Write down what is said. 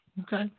Okay